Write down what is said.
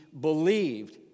believed